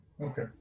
Okay